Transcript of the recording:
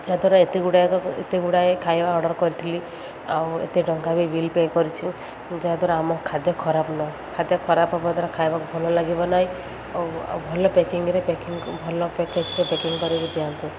ଯାହାଦ୍ୱାରା ଏକ ଗୁଡ଼ାକ ଏତେ ଗୁଡ଼ାଏ ଖାଇବା ଅର୍ଡ଼ର କରିଥିଲି ଆଉ ଏତେ ଟଙ୍କା ବି ବିଲ୍ ପେ କରିଛି ଯାହାଦ୍ୱାରା ଆମ ଖାଦ୍ୟ ଖରାପ ନ ହଉ ଖାଦ୍ୟ ଖରାପ ହେବା ଦ୍ୱାରା ଖାଇବାକୁ ଭଲ ଲାଗିବ ନାହିଁ ଆଉ ଆଉ ଭଲ ପ୍ୟାକିଂରେ ପ୍ୟାକିଂ ଭଲ ପ୍ୟାକେଜରେ ପ୍ୟାକିଂ କରିକି ଦିଅନ୍ତୁ